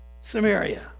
Samaria